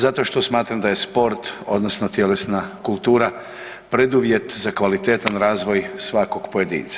Zato što smatram da je sport odnosno tjelesna kultura preduvjet za kvalitetan razvoj svakog pojedinca.